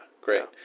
great